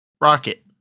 rocket